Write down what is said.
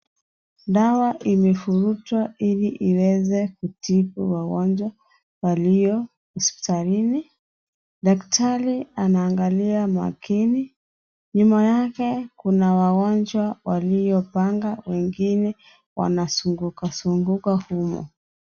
Dawa imefurutwa ili iweze kutibu wagonjwa walio hospitalini. Daktari anaangalia makini. Nyuma yake, kuna wagonjwa waliopanga, wengine wanazungukwa zunguka humo.